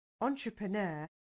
entrepreneur